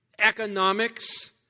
economics